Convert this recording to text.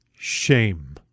Shame